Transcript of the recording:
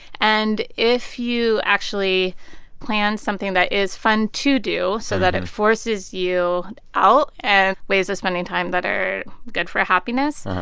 and if you actually plan something that is fun to do so that it forces you out and ways of spending time that are good for happiness,